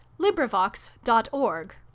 LibriVox.org